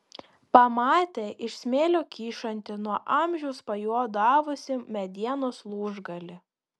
pamatė iš smėlio kyšantį nuo amžiaus pajuodavusį medienos lūžgalį